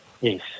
Yes